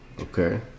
Okay